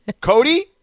Cody